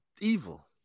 evil